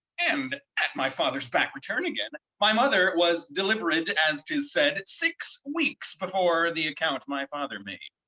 and at my father's back return again my mother was delivered as tis said, six weeks before the account my father made.